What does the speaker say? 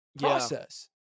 process